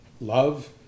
love